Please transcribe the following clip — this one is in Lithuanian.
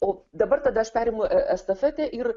o dabar tada aš perimu estafetę ir